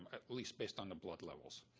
um at least based on the blood levels.